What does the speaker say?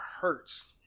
hurts